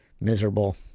miserable